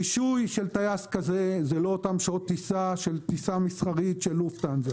רישוי של טייס כזה זה לא אותן שעות טיסה כמו טיסה מסחרית של לופטהנזה,